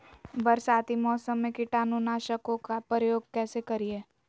बरसाती मौसम में कीटाणु नाशक ओं का प्रयोग कैसे करिये?